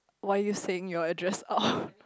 why are you saying your address out